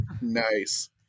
Nice